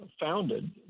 founded